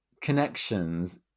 connections